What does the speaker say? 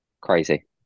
crazy